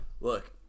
Look